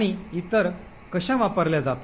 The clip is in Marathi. अंतर्गत रचना आणि इतर कशा वापरल्या जातात